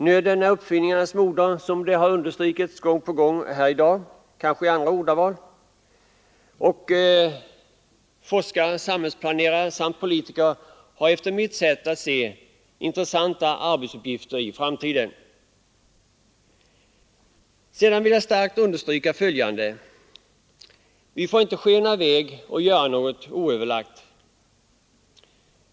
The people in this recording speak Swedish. Nöden är uppfinningarnas moder, som det har understrukits gång på gång här i dag, eller i andra ordalag, och forskare, samhällsplanerare samt politiker har efter mitt sätt att se intressanta arbetsuppgifter i framtiden. Sedan vill jag starkt understryka följande. Vi får inte skena i väg och göra något oöverlagt.